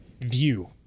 view